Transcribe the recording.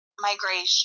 migration